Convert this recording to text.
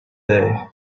day